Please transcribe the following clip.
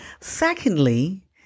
secondly